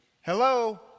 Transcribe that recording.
Hello